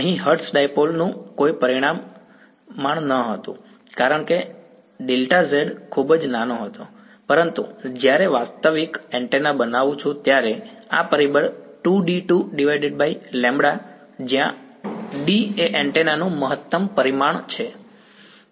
અહીં હર્ટ્ઝ ડાઈપોલનું કોઈ પરિમાણ ન હતું કારણ કે Δz ખૂબ નાનો હતો પરંતુ જ્યારે હું વાસ્તવિક એન્ટેના બનાવું છું ત્યારે આ પરિબળ 2D2λ જ્યાં D એ એન્ટેના નું મહત્તમ પરિમાણ છે